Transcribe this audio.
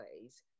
ways